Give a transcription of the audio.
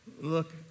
Look